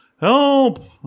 help